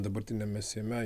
dabartiniame seime